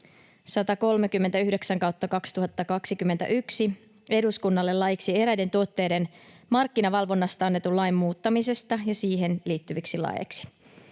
esitys eduskunnalle laiksi eräiden tuotteiden markkinavalvonnasta annetun lain muuttamisesta ja siihen liittyviksi laeiksi